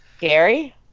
Gary